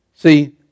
See